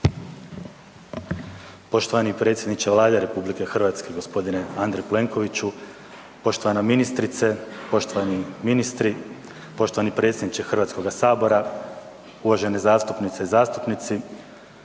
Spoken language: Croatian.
Poštovani predsjedniče Vlade RH gospodine Andrej Plenkoviću, poštovana ministrice, poštovani ministre, poštovani predsjedniče Hrvatskoga sabora, uvažene zastupnice i zastupnici.